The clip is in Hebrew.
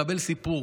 קבל סיפור,